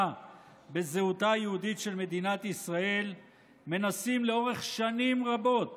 בזהותה היהודית של מדינת ישראל מנסים לאורך שנים רבות